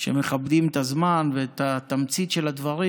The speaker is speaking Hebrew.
שמכבדים את הזמן ואת התמצית של הדברים.